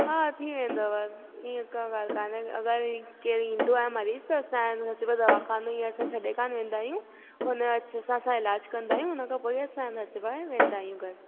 हा थी वेंदव ईअं का ॻाल्हि कोन्हे अगरि केर ईंदो आहे मरीज़ त असांजो दवाखानो ईअं असां छॾे कोन्ह वेंदा आहियूं पोइ हुनजो अच्छे सां इलाज कंदा आहियूं उन खां पोइ ई असां वेंदा आहियूं घर